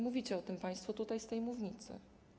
Mówicie o tym państwo tutaj, z tej mównicy.